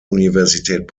universität